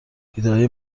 ایدههای